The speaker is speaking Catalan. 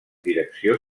direcció